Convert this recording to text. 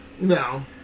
No